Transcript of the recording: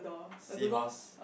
sea horse